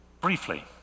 Briefly